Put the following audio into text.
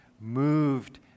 moved